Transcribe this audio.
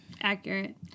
Accurate